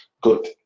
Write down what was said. Good